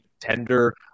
tender